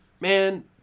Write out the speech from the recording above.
Man